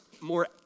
more